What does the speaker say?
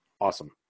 Awesome